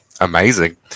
amazing